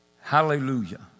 Hallelujah